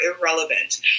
irrelevant